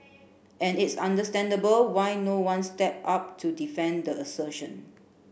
and it's understandable why no one step up to defend the assertion